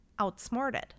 outsmarted